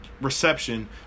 reception